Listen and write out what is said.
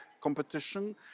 competition